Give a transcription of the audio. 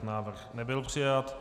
Návrh nebyl přijat.